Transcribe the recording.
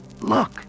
Look